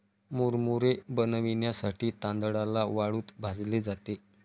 मुरमुरे बनविण्यासाठी तांदळाला वाळूत भाजले जाते